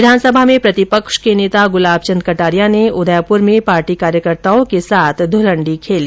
विधानसभा में प्रतिपक्ष के नेता गुलाबचंद कटारिया ने उदयपुर में पार्टी कार्यकर्ताओं के साथ धुलंड़ी खेली